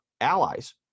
allies